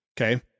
Okay